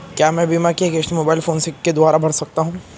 क्या मैं बीमा की किश्त मोबाइल फोन के द्वारा भर सकता हूं?